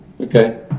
okay